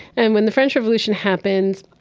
and when the french revolution happens,